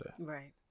Right